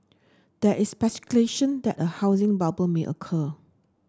there is speculation that a housing bubble may occur